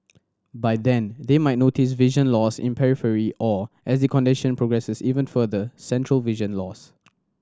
by then they might notice vision loss in periphery or as the condition progresses even further central vision loss